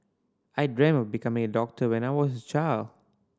I dreamt of becoming a doctor when I was a child